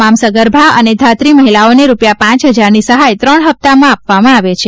તમામ સગર્ભા અને ધાત્રી મહિલાઓને રૂપિયા પાંચ હજારની સહાય ત્રણ હપ્તામાં આપવામાં આવે છે